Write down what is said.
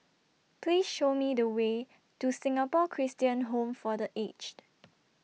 Please Show Me The Way to Singapore Christian Home For The Aged